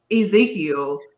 Ezekiel